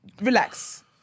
relax